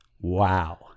Wow